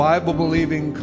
Bible-believing